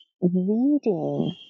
reading